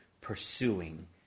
pursuing